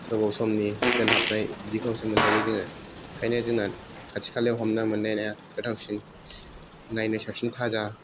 गोबाव समनि दोनहाबनाय बिदिखौसो मोनजायो जोङो ओंखायनो जोंना खाथि खालायाव हमना मोन्नाया गोथावसिन नायनो साबसिन थाजा